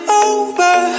over